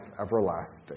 everlasting